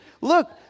Look